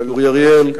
אבל הם באים.